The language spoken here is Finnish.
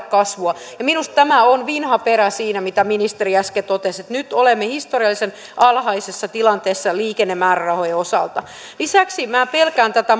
kasvua ja minusta on vinha perä siinä mitä ministeri äsken totesi että nyt olemme historiallisen alhaisessa tilanteessa liikennemäärärahojen osalta lisäksi minä pelkään tätä